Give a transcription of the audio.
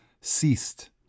ceased